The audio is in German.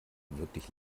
wirklich